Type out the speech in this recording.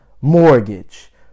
mortgage